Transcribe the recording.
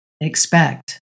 expect